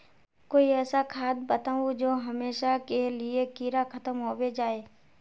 कोई ऐसा खाद बताउ जो हमेशा के लिए कीड़ा खतम होबे जाए?